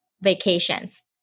vacations